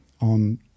on